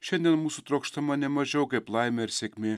šiandien mūsų trokštama ne mažiau kaip laimė ir sėkmė